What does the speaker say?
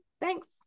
Thanks